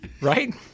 Right